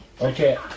Okay